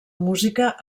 música